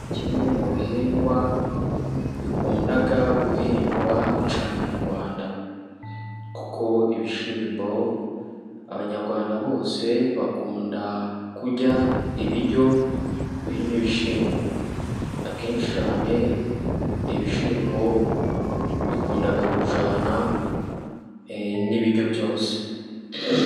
Kimwe mu bihingwa bikundaga guhingwa cyane mu Rwanda. Kuko ibishyimbo Abanyarwanda bose bakunda kurya ibiryo birimo ibishyimbo. Akenshi cyane ibishyimbo bikunda kujyana n'ibiryo byose.